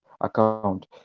account